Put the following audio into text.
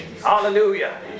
Hallelujah